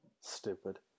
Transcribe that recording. Stupid